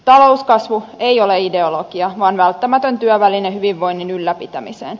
talouskasvu ei ole ideologia vaan välttämätön työväline hyvinvoinnin ylläpitämiseen